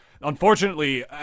unfortunately